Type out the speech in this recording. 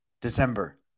December